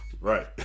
right